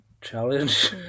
challenge